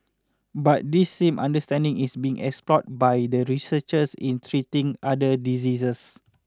but this same understanding is being explored by the researchers in treating other diseases